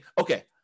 okay